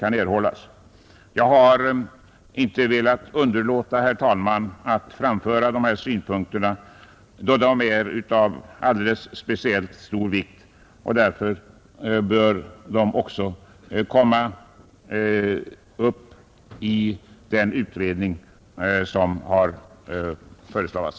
Jag har inte, herr talman, velat underlåta att framföra dessa synpunkter, då de är av alldeles speciellt stor vikt. De bör därför också tas upp i den utredning som har aviserats.